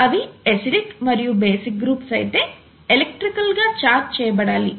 అవి అసిడిక్ మరియు basic groups అయితే ఎలక్ట్రికల్ గా ఛార్జ్ చేయబడాలి